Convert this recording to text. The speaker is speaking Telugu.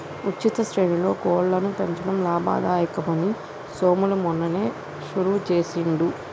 ఉచిత శ్రేణిలో కోళ్లను పెంచడం లాభదాయకం అని సోములు మొన్ననే షురువు చేసిండు